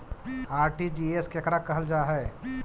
RTGS केकरा कहल जा है?